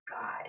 God